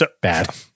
bad